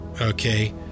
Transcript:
okay